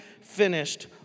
finished